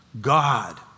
God